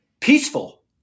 peaceful